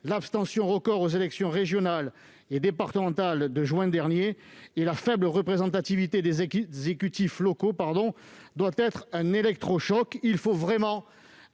L'abstention record aux élections régionales et départementales de juin dernier et la faible représentativité des exécutifs locaux doivent provoquer un électrochoc : il faut vraiment